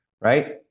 right